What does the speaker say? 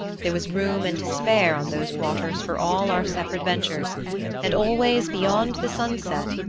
there was room and to spare on those waters for all our separate ventures and always beyond the sunset,